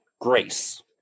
grace